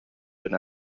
been